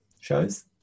shows